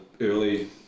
early